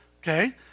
okay